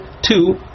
two